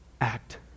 act